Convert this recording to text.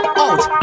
out